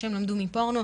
מה שהם למדו מפורנו,